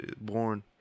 born